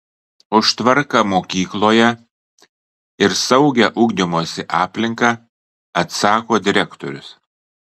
už tvarką mokykloje ir saugią ugdymosi aplinką atsako direktorius